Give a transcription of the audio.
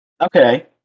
Okay